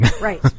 Right